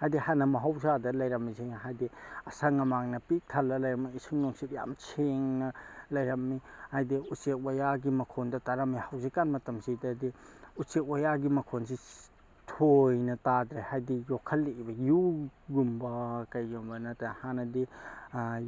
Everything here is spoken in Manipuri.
ꯍꯥꯏꯕꯗꯤ ꯍꯥꯟꯅ ꯃꯍꯧꯁꯥꯗ ꯂꯩꯔꯝꯃꯤꯁꯦ ꯍꯥꯏꯕꯗꯤ ꯑꯁꯪ ꯑꯃꯥꯟꯅ ꯄꯤꯛ ꯊꯛꯂꯒ ꯂꯩꯔꯝꯃꯦ ꯏꯁꯤꯡ ꯅꯨꯡꯁꯤꯠ ꯌꯥꯝ ꯁꯦꯡꯅ ꯂꯩꯔꯝꯃꯤ ꯍꯥꯏꯕꯗꯤ ꯎꯆꯦꯛ ꯋꯌꯥꯒꯤ ꯃꯈꯣꯜꯗ ꯇꯥꯔꯝꯃꯤ ꯍꯧꯖꯤꯛꯀꯥꯟ ꯃꯇꯝꯁꯤꯗꯗꯤ ꯎꯆꯦꯛ ꯋꯌꯥꯒꯤ ꯃꯈꯣꯜꯁꯤ ꯊꯣꯏꯅ ꯇꯥꯗ꯭ꯔꯦ ꯍꯥꯏꯕꯗꯤ ꯌꯣꯛꯈꯠꯂꯛꯏꯕ ꯖꯨ ꯒꯨꯝꯕ ꯀꯩꯒꯨꯝꯕ ꯅꯠꯇꯅ ꯍꯥꯟꯅꯗꯤ